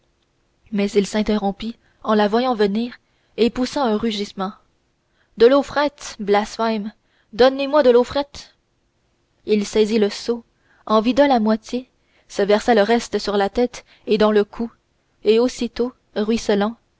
mais il s'interrompit en la voyant venir et poussa un rugissement de l'eau frette blasphème donnez-moi de l'eau frette il saisit le seau en vida la moitié se versa le reste sur la tête et dans le cou et aussitôt ruisselant